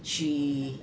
she